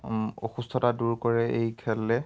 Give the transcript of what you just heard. অসুস্থতা দূৰ কৰে এই খেলে